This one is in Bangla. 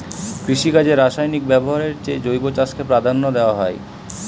কৃষিকাজে রাসায়নিক ব্যবহারের চেয়ে জৈব চাষকে প্রাধান্য দেওয়া হয়